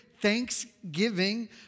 thanksgiving